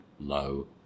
low